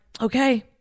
okay